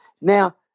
Now